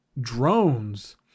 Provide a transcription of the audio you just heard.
drones